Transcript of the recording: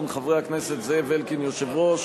והביטחון, חברי הכנסת זאב אלקין, יושב-ראש,